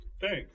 Thanks